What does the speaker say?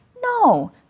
No